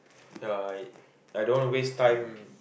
ya I I don't wanna waste time